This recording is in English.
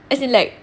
as in like